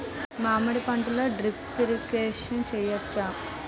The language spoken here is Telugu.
మామిడి పంటలో డ్రిప్ ఇరిగేషన్ చేయచ్చా?